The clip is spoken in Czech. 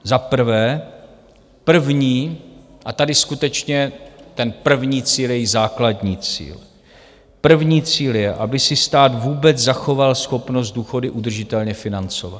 Za prvé: První, a tady skutečně ten první cíl je i základní cíl, první cíl je, aby si stát vůbec zachoval schopnost důchody udržitelně financovat.